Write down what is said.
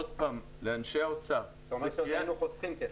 היינו חוסכים כסף.